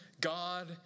God